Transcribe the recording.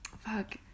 fuck